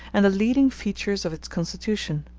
and the leading features of its constitution.